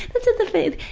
this is the thing.